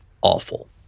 awful